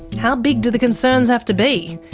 how big do the concerns have to be?